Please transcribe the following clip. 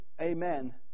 amen